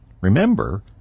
Remember